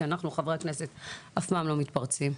אנחנו חברי הכנסת אף פעם לא מתפרצים.